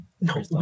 No